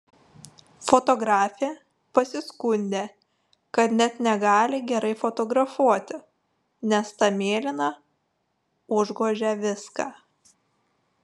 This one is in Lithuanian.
fotografė pasiskundė kad net negali gerai fotografuoti nes ta mėlyna užgožia viską